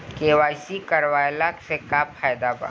KYC करवला से का का फायदा बा?